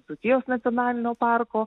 dzūkijos nacionalinio parko